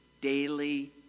Daily